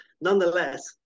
Nonetheless